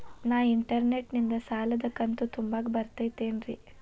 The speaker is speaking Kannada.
ನಾ ಇಂಟರ್ನೆಟ್ ನಿಂದ ಸಾಲದ ಕಂತು ತುಂಬಾಕ್ ಬರತೈತೇನ್ರೇ?